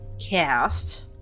cast